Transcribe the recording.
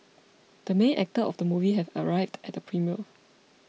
the main actor of the movie has arrived at the premiere